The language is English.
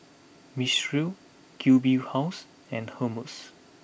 Mistral Q B House and Hermes